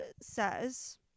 says